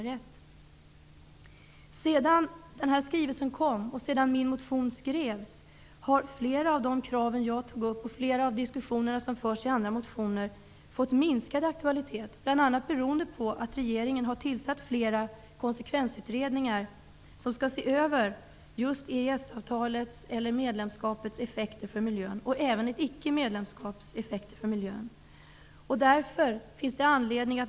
Efter det att den här skrivelsen kom och min motion skrevs har flera av de krav som jag tagit upp och flera av de diskussioner som förts i andra motioner fått minskad aktualitet. Det beror bl.a. på att regeringen tillsatt fler konsekvensutredningar där just EES-avtalets eller medlemskapets effekter och icke-medlemskapseffekter för miljön skall ses över.